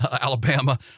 Alabama